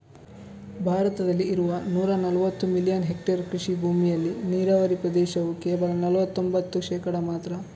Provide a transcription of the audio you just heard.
ಭಾರತದಲ್ಲಿ ಇರುವ ನೂರಾ ನಲವತ್ತು ಮಿಲಿಯನ್ ಹೆಕ್ಟೇರ್ ಕೃಷಿ ಭೂಮಿಯಲ್ಲಿ ನೀರಾವರಿ ಪ್ರದೇಶವು ಕೇವಲ ನಲವತ್ತೊಂಭತ್ತು ಶೇಕಡಾ ಮಾತ್ರ